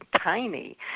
tiny